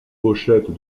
pochettes